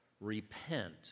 repent